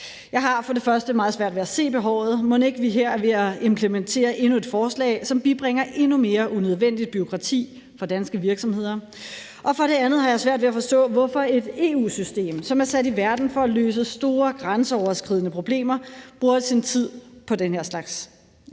Jeg har for det første meget svært ved at se behovet. Mon ikke vi her er ved at implementere endnu et forslag, som bibringer endnu mere unødvendigt bureaukrati for danske virksomheder? Og for det andet har jeg svært ved at forstå, hvorfor et EU-system, som er sat i verden for at løse store grænseoverskridende problemer, bruger sin tid på denne her slags,